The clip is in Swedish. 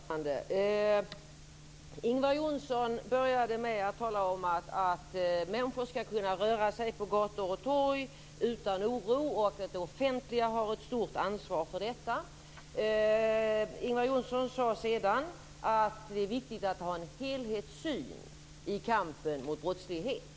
Fru talman! Ingvar Johnsson började med att tala om att människor ska kunna röra sig på gator och torg utan oro och att det offentliga har ett stort ansvar för detta. Ingvar Johnsson sade sedan att det är viktigt att ha en helhetssyn i kampen mot brottsligheten.